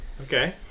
Okay